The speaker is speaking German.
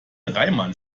reimann